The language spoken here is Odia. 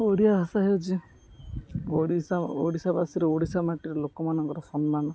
ଓଡ଼ିଆ ଭାଷା ହେଉଛି ଓଡ଼ିଶା ଓଡ଼ିଶାବାସୀରେ ଓଡ଼ିଶା ମାଟିରେ ଲୋକମାନଙ୍କର ସମ୍ମାନ